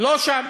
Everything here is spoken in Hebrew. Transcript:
לא שם.